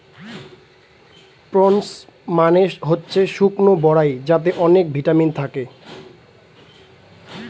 prunes মানে হচ্ছে শুকনো বরাই যাতে অনেক ভিটামিন থাকে